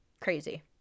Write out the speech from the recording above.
crazy